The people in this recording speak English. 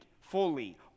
fully